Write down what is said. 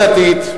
ומועצה דתית,